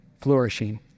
flourishing